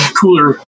cooler